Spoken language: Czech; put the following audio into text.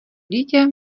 dítě